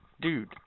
dude